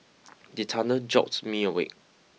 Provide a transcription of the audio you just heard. the thunder jolt me awake